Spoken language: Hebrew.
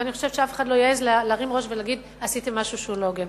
ואני חושבת שאף אחד לא יעז להרים ראש ולהגיד: עשיתם משהו שהוא לא הוגן.